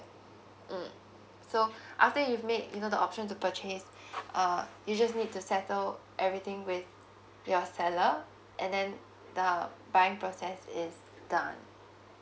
mm so after you've made you know the option to purchase uh you just need to settle everything with your seller and then the buying process is done